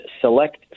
select